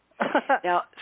Now